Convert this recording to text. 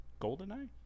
GoldenEye